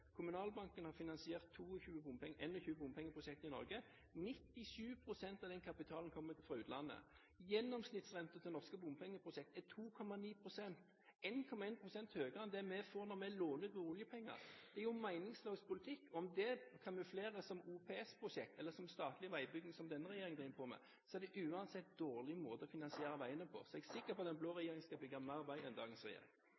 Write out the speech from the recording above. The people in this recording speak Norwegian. Kommunalbanken har finansiert 21 bompengeprosjekt i Norge. 97 pst. av den kapitalen kommer fra utlandet. Gjennomsnittsrenten til norske bompengeprosjekter er på 2,9 pst., som er 1,1 pst. høyere enn det vi får når vi låner ut oljepenger. Det er meningsløs politikk. Om det kamufleres som OPS-prosjekter eller som statlig veibygging, som denne regjeringen holder på med, er det uansett en dårlig måte å finansiere veiene på. Jeg er sikker på at den blå regjeringen skal bygge flere veier enn dagens regjering.